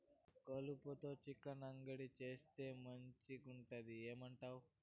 కలుపతో చికెన్ అంగడి చేయిస్తే మంచిగుంటది ఏమంటావు